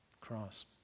cross